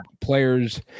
players